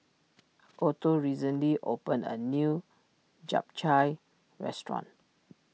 Otto recently opened a new Japchae restaurant